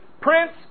prince